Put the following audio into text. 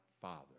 Father